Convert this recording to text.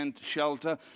shelter